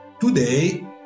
Today